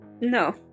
No